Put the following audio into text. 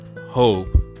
hope